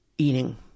Eating